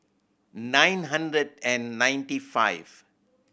nine hundred and ninety five